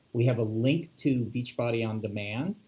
we have a link to beachbody on demand.